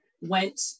went